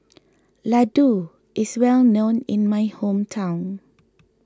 Ladoo is well known in my hometown